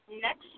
next